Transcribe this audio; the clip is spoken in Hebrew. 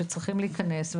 שצריכים להיכנס.